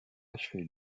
achevé